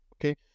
Okay